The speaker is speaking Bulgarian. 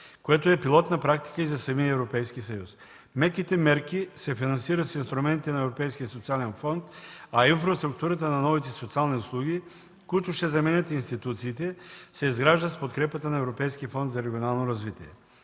което е пилотна практика и за самия Европейски съюз. Меките мерки се финансират с инструментите на Европейския социален фонд, а инфраструктурата на новите социални услуги, които ще заменят институциите, се изграждат с подкрепата на Европейския фонд за регионално развитие.